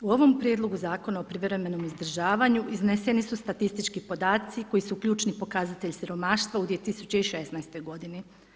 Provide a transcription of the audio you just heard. U ovom Prijedlogu Zakona o privremenom izdržavanju izneseni su statistički podaci koji su ključni pokazatelj siromaštva u 2016. godini.